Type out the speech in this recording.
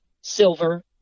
silver